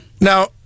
now